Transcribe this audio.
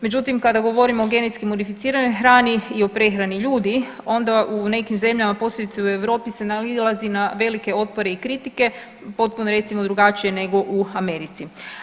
Međutim, kada govorimo o genetski modificiranoj hrani i o prehrani ljudi, onda u nekim zemljama posebice u Europi se nailazi na velike otpore i kritike potpuno recimo drugačije nego u Americi.